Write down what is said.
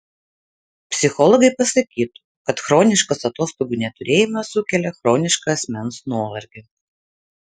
psichologai pasakytų kad chroniškas atostogų neturėjimas sukelia chronišką asmens nuovargį